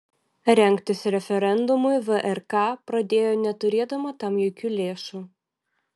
rengtis referendumui vrk pradėjo neturėdama tam jokių lėšų